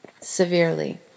severely